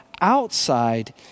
outside